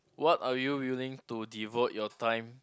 what are you willing to devote your time